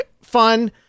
fun